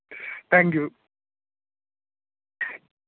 thank you